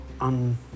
on